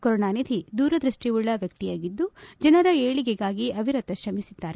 ಕರುಣಾನಿಧಿ ದೂರದೃಷ್ಠಿವುಕ್ಳ ವ್ಯಕ್ತಿಯಾಗಿದ್ದು ಜನರ ಏಳಿಗೆಗಾಗಿ ಅವಿರತ ಶ್ರಮಿಸಿದ್ದಾರೆ